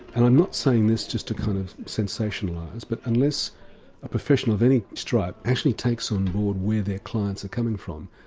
and i'm not saying this just to kind of sensationalise, but unless a professional of any stripe actually takes on board where their clients are coming from,